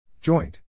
Joint